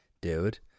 dude